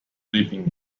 flipping